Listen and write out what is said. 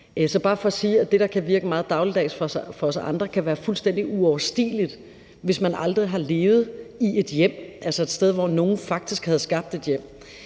det, der kan virke meget dagligdags for os andre, kan være fuldstændig uoverskueligt, hvis man aldrig har levet i et hjem, altså et sted, hvor nogle faktisk har skabt et hjem.